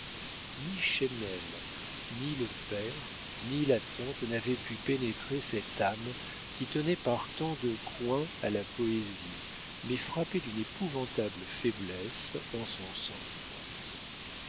ni chesnel ni le père ni la tante n'avaient pu pénétrer cette âme qui tenait par tant de coins à la poésie mais frappée d'une épouvantable faiblesse à son centre